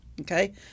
Okay